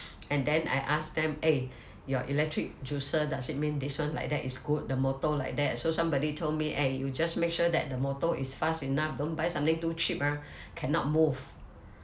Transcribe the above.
and then I ask them eh your electric juicer does it mean this [one] like that is good the motor like that so somebody told me eh you just make sure that the motor is fast enough don't buy something too cheap ah cannot move